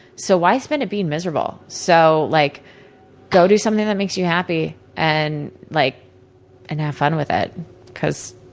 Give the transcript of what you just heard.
so why spend it being miserable? so, like go do something that makes you happy, and like and have fun with it because